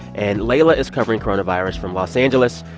and leila is covering coronavirus from los angeles.